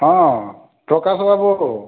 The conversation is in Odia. ହଁ ପ୍ରକାଶ ବାବୁ